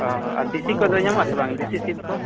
ᱚᱼᱦᱚ ᱟᱨ ᱫᱮᱥᱤᱠᱚᱫᱚ ᱧᱟᱢᱚᱜᱼᱟ ᱥᱮ ᱵᱟᱝ ᱫᱮᱥᱤ ᱥᱤᱢᱠᱚ